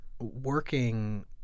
working